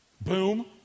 Boom